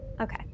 Okay